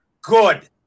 Good